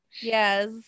Yes